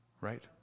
Right